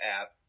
app